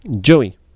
Joey